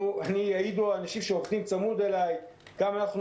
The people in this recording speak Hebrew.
יעידו האנשים שעובדים צמוד אליי כמה אנחנו